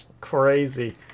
crazy